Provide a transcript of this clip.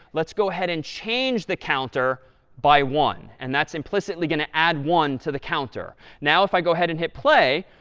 let's go ahead and change the counter by one. and that's implicitly going to add one to the counter. now if i go ahead and hit play,